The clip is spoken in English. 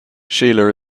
sheila